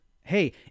hey